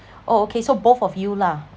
oh okay so both of you lah